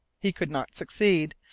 he could not succeed,